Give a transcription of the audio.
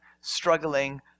struggling